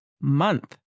month